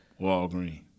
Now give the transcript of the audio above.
Walgreens